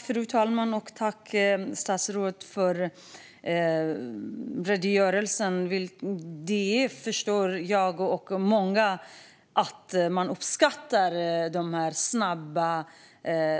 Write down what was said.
Fru talman! Jag tackar statsrådet för redogörelsen. Jag och många uppskattar dessa snabba